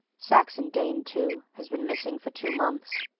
saxon dane, too, has been missing for two months.